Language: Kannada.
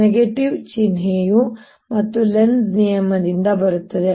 ಈ ಚಿಹ್ನೆಯು ಮತ್ತೆ ಲೆನ್ಜ್ ನಿಯಮದಿಂದ ಬರುತ್ತದೆ